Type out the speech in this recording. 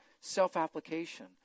self-application